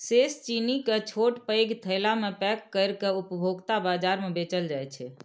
शेष चीनी कें छोट पैघ थैला मे पैक कैर के उपभोक्ता बाजार मे बेचल जाइ छै